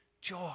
joy